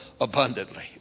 abundantly